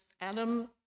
Adam